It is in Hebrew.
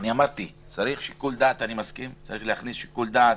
צריך להכניס שיקול דעת,